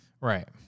Right